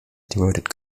devoted